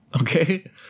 okay